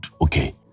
okay